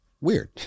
weird